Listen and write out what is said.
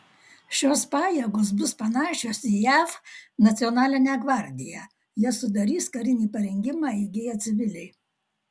šios pajėgos bus panašios į jav nacionalinę gvardiją jas sudarys karinį parengimą įgiję civiliai